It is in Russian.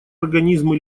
организмы